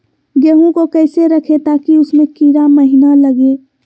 गेंहू को कैसे रखे ताकि उसमे कीड़ा महिना लगे?